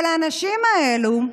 האנשים האלה,